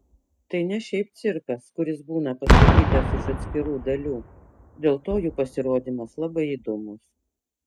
tai ne šiaip cirkas kuris būna pastatytas iš atskirų dalių dėl to jų pasirodymas labai įdomus